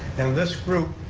and this group,